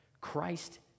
Christ